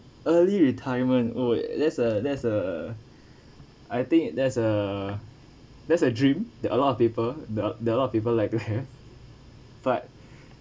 early retirement oh there's a there's a I think that's a that's a dream that a lot of people the the a lot of people like to have but